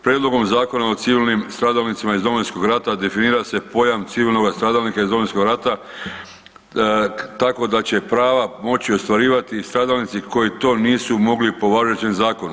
Prijedlogom zakona o civilnim stradalnicima iz Domovinskog rata definira se pojam civilnog stradalnika iz Domovinskog rata tako da će prava moći ostvarivati stradalnici koji to nisu mogli po važećem zakonu.